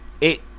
It-